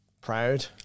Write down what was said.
proud